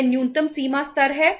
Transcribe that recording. यह न्यूनतम सीमा स्तर है